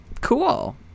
Cool